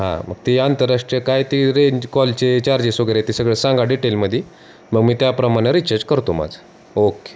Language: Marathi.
हां मग ते आंतरराष्ट्रीय काय ते रेंज कॉलचे चार्जेस वगैरे आहेत ते सगळं सांगा डिटेलमध्ये मग मी त्याप्रमाणं रिचार्ज करतो माझं ओके